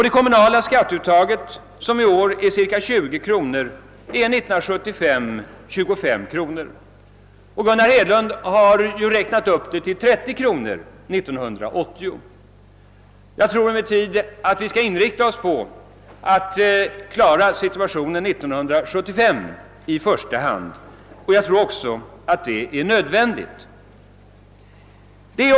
Det kommunala skatteuttaget, som i år är cirka 20 kronor, är 1975 25 kronor, och herr Hedlund har räknat upp det till 30 kronor år 1980. Jag tror emellertid att det är nödvändigt att vi i första hand inriktar oss på att klara situationen 1975.